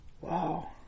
Wow